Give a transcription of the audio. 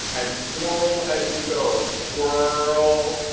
and swirl as you go. swirl!